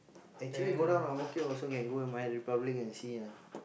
actually go down Ang-Mo-Kio also can go the My-Republic and see